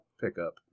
pickup